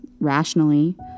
rationally